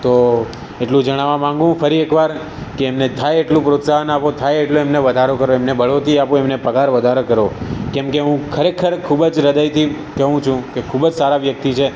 તો એટલું જણાવવા માગું ફરી એકવાર કે એમને થાય એટલું પ્રોત્સાહન આપો થાય એટલું એમનો વધારો કરો એમને બઢોતી આપો એમને પગાર વધારો કરો કેમ કે હું ખરેખર ખૂબ જ હૃદયથી કહું છું કે ખૂબ જ સારા વ્યક્તિ છે